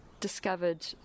Discovered